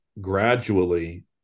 gradually